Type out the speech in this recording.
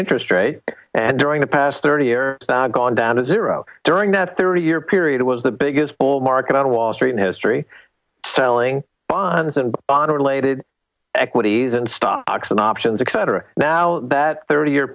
interest rate and during the past thirty or not gone down to zero during that thirty year period it was the biggest bull market on wall street in history selling bonds and on related equities and stocks and options etc now that thirty year